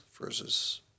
versus